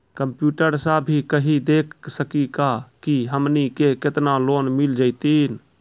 Computer सा भी कही देख सकी का की हमनी के केतना लोन मिल जैतिन?